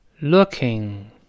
looking